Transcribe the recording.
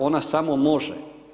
Ona samo može.